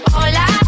Hola